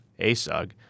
ASUG